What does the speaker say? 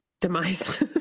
demise